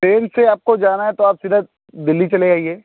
train से आपको जाना है तो आप सीधा दिल्ली चले जाइए